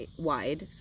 wide